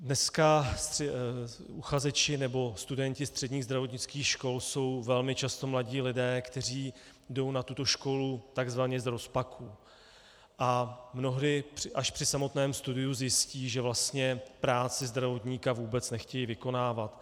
Dneska uchazeči nebo studenti středních zdravotnických škol jsou velmi často mladí lidé, kteří jdou na tuto školu takzvaně z rozpaků a mnohdy až při samotném studiu zjistí, že vlastně práci zdravotníka vůbec nechtějí vykonávat.